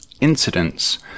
incidents